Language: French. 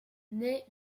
naît